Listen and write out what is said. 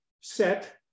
set